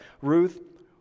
Ruth